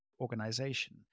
organization